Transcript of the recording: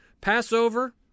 Passover